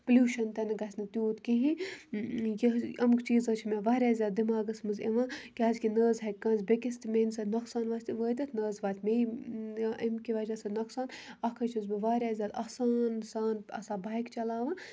pollution تہِ نہٕ گژھِ نہٕ تیوٗت کِہیٖنۍ یہِ حظ یِم چیٖز حظ چھِ مےٚ واریاہ زیادٕ دٮ۪ماغَس منٛز یِوان کیٛازِکہِ نہ حظ ہیٚکہِ کٲنٛسہِ بیٚکِس تہِ میٛٲنہِ سۭتۍ نۄقصان وٲتِتھ نہ حظ واتہِ مے امکہِ وجہ سۭتۍ نۄقصان اَکھ حظ چھَس بہٕ واریاہ زیادٕ آسان سان آسان بایک چَلاوان